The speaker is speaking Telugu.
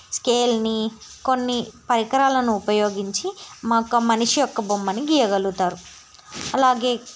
స్కేల్ని కొన్ని పరికరాలను ఉపయోగించి మనిషి యొక్క బొమ్మను గీయగలుగుతారు అలాగే